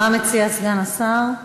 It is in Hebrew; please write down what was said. מה מציע סגן השר?